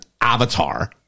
Avatar